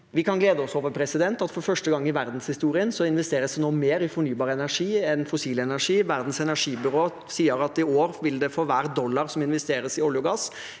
Vi kan glede oss over at det for første gang i verdenshistorien nå investeres mer i fornybar energi enn i fossil energi. Verdens energibyrå sier at det for hver dollar som investeres i olje og gass